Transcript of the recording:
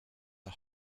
are